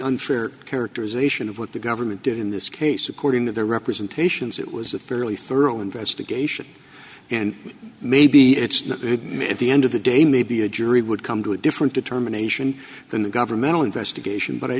unsure characterization of what the government did in this case according to the representations it was a fairly thorough investigation and maybe it's not me at the end of the day maybe a jury would come to a different determination than the governmental investigation but i